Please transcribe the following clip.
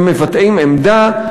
הם מבטאים עמדה,